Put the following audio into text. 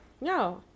No